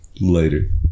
Later